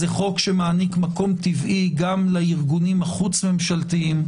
זה חוק שמעניק מקום טבעי גם לארגונים החוץ ממשלתיים,